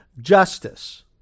justice